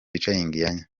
iyanya